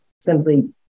simply